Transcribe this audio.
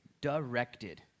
directed